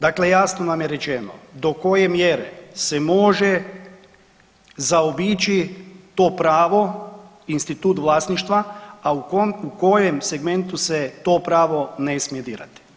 Dakle, jasno nam je rečeno do koje mjere se može zaobići to pravo, institut vlasništva, a u kojem segmentu se to pravo ne smije dirati.